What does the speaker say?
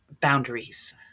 boundaries